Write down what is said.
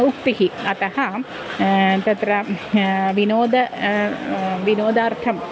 उक्तिः अतः तत्र विनोदार्थं विनोदार्थं